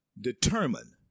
determine